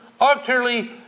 utterly